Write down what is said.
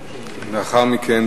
לאחר מכן,